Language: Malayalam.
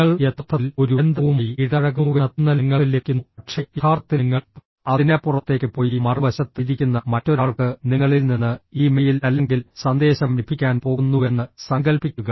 നിങ്ങൾ യഥാർത്ഥത്തിൽ ഒരു യന്ത്രവുമായി ഇടപഴകുന്നുവെന്ന തോന്നൽ നിങ്ങൾക്ക് ലഭിക്കുന്നു പക്ഷേ യഥാർത്ഥത്തിൽ നിങ്ങൾ അതിനപ്പുറത്തേക്ക് പോയി മറുവശത്ത് ഇരിക്കുന്ന മറ്റൊരാൾക്ക് നിങ്ങളിൽ നിന്ന് ഈ മെയിൽ അല്ലെങ്കിൽ സന്ദേശം ലഭിക്കാൻ പോകുന്നുവെന്ന് സങ്കൽപ്പിക്കുക